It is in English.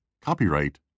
Copyright